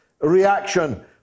reaction